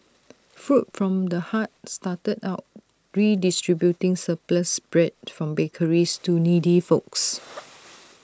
food from the heart started out redistributing surplus bread from bakeries to needy folks